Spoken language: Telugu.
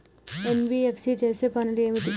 ఎన్.బి.ఎఫ్.సి చేసే పనులు ఏమిటి?